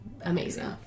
amazing